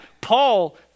Paul